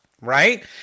right